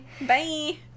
Bye